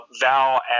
Val